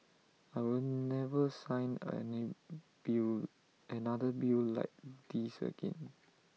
I will never sign bill another bill like this again